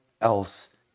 else